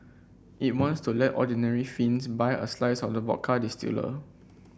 it wants to let ordinary Finns buy a slice of the vodka distiller